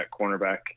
cornerback